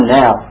now